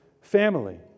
family